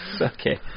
Okay